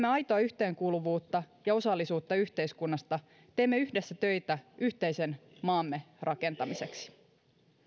aitoa yhteenkuuluvuutta ja osallisuutta yhteiskunnassa teemme yhdessä töitä yhteisen maamme rakentamiseksi